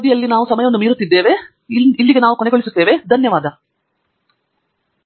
ತಂಗಿರಾಲಾ ಚೆಂಡನ್ನು ಹೇಗೆ ಬರುತ್ತಾನೆ ಮತ್ತು ಇನ್ನೊಂದೆಡೆ ಹೇಗೆ ಎಂದು ಹಲವು ಸಂಶೋಧನೆಗಳನ್ನು ಮಾಡಿದ್ದಾನೆ